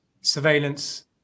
surveillance